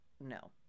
No